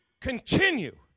continue